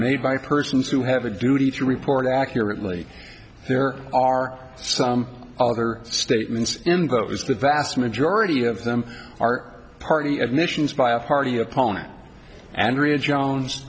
made by persons who have a duty to report accurately there are some other statements imposed the vast majority of them are party admissions by a party opponent andrea jones